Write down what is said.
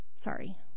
Sorry